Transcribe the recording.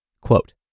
Quote